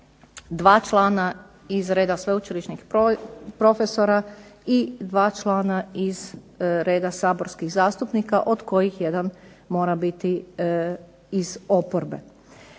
i 2 člana iz reda sveučilišnih profesora i 2 člana iz reda saborskih zastupnika, od kojih jedan mora biti iz oporbe.